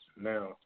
Now